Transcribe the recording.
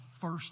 first